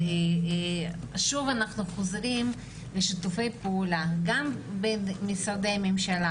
אבל שוב אנחנו חוזרים לשיתופי פעולה גם בין משרדי ממשלה